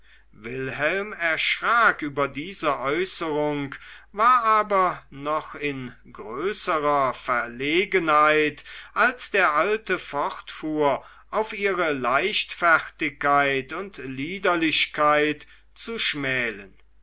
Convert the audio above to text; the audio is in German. wilhelm erschrak über diese äußerung war aber noch in größerer verlegenheit als der alte fortfuhr auf ihre leichtfertigkeit und liederlichkeit zu schmälen